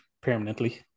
permanently